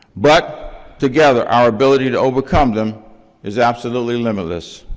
but together our ability to overcome them is absolutely limitless.